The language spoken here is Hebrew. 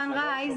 רן רייז,